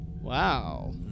wow